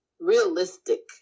Realistic